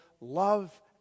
love